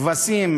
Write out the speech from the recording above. כבשים,